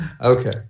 Okay